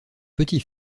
petits